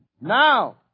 Now